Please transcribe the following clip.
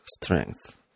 strength